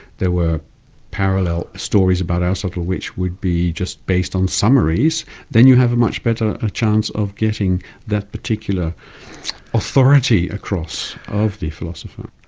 there were parallel stories about aristotle which would be just based on summaries then you have a much better ah chance of getting that particular authority across of the philosophy.